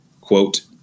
quote